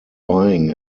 buying